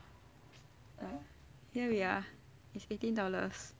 here we are it's eighty dollars